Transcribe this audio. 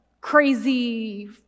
crazy